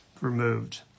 removed